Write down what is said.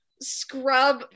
scrub